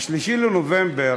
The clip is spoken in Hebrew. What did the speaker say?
ה-3 בנובמבר